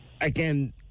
Again